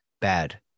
bad